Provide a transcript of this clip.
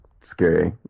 scary